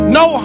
no